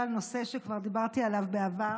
שכבר דיברתי עליו בעבר,